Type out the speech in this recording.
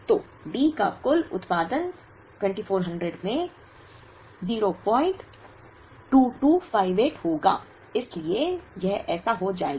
तो D का कुल उत्पादन 2400 में 02258 होगा इसलिए यह ऐसा हो जाएगा